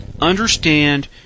Understand